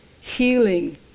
healing